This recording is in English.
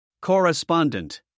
Correspondent